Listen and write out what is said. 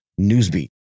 Newsbeat